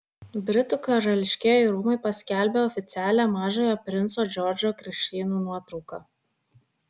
britų karališkieji rūmai paskelbė oficialią mažojo princo džordžo krikštynų nuotrauką